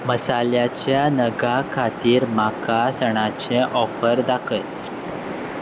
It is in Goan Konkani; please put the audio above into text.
मसाल्याच्या नगां खातीर म्हाका सणाचे ऑफर दाखय